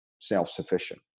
self-sufficient